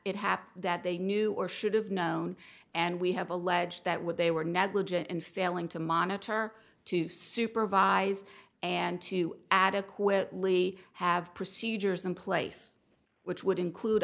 it happened that they knew or should have known and we have alleged that when they were negligent in failing to monitor to supervise and to adequately have procedures in place which would include